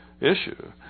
issue